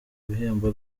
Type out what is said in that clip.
bihembo